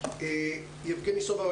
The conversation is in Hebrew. יבגני סובה.